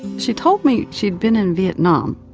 she told me she'd been in vietnam.